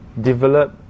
develop